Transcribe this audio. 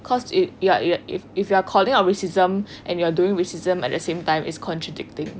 cause it if you are calling out racism and you are doing racism at the same time it's contradicting